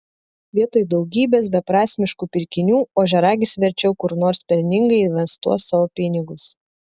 vietoj daugybės beprasmiškų pirkinių ožiaragis verčiau kur nors pelningai investuos savo pinigus